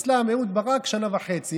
אצלם, אהוד ברק, שנה וחצי.